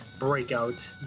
Breakout